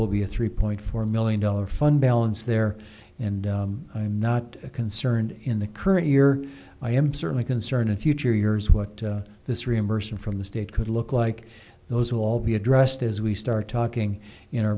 will be a three point four million dollars fund balance there and i'm not concerned in the current year i am certainly concerned in future years what this reimbursement from the state could look like those will all be addressed as we start talking in our